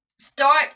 Start